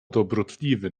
dobrotliwy